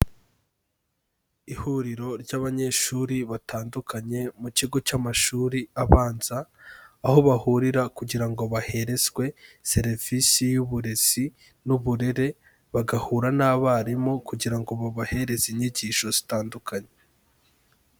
Ihuriro ry'abanyeshuri batandukanye mu kigo cy'amashuri abanza, aho bahurira kugira ngo baherezwe serivisi y'uburezi n'uburere, bagahura n'abarimu kugira ngo babahereze inyigisho zitandukanye.